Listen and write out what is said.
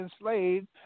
enslaved